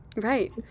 Right